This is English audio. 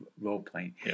role-playing